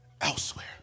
elsewhere